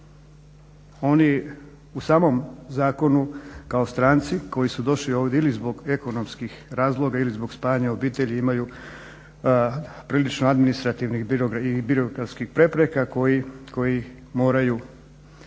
Oni u samom zakonu kao stranci koji su došli ovdje ili zbog ekonomskih razloga ili zbog spajanja obitelji imaju prilično administrativnih i birokratskih prepreka koje moraju